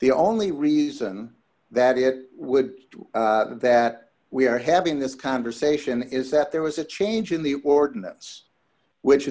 the only reason that it would be that we are having this conversation is that there was a change in the ordinance which